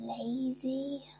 lazy